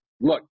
Look